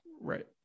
right